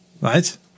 right